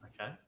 Okay